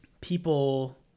People